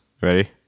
ready